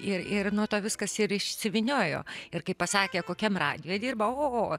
ir ir nuo to viskas ir išsivyniojo ir kai pasakė kokiam radijuj dirba o o